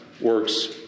works